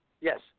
Yes